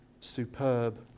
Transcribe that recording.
superb